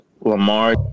Lamar